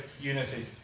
unity